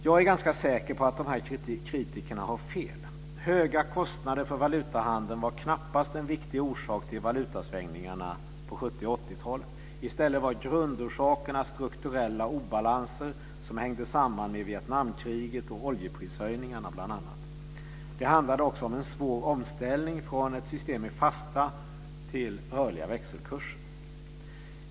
Jag är ganska säker att dessa kritiker har fel. Höga kostnader för valutahandeln var knappast en viktig orsak till valutasvängningarna på 70 och 80-talet. I stället var grundorsakerna strukturella obalanser, som hängde samman med bl.a. Vietnamkriget och oljeprishöjningarna. Det handlade också om en svår omställning från ett system med fasta till ett system med rörliga växelkurser.